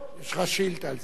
יש לך שאילתא על זה מחר.